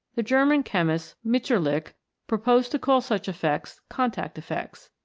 the german chemist mitscher lich proposed to call such effects contact effects.